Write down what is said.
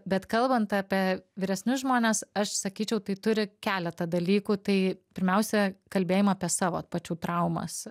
bet kalbant apie vyresnius žmones aš sakyčiau tai turi keletą dalykų tai pirmiausia kalbėjimą apie savo pačių traumas